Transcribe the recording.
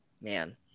man